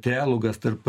trialogas tarp